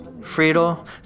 Friedel